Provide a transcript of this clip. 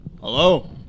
Hello